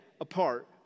apart